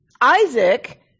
Isaac